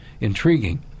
intriguing